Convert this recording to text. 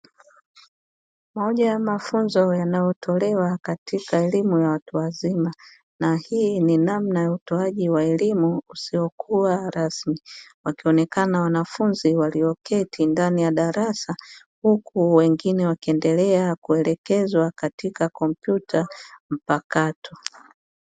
Mmoja ya mafunzo yanayotolewa katika elimu ya watu wazima na hii ni namna ya utoaji wa elimu usiokuwa rasmi, wakionekana wanafunzi walioketi ndani ya darasa huku wengine wakiendelea kuelekezwa katika kompyuta mpakato.